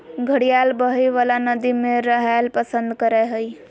घड़ियाल बहइ वला नदि में रहैल पसंद करय हइ